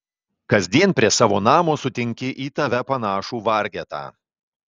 kasdien prie savo namo sutinki į tave panašų vargetą